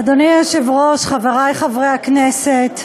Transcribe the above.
אדוני היושב-ראש, חברי חברי הכנסת,